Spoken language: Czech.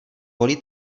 volí